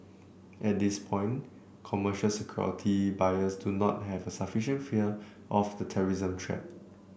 at this point commercial security buyers do not have a sufficient fear of the terrorism threat